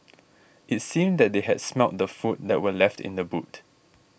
it seemed that they had smelt the food that were left in the boot